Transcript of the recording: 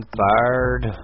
fired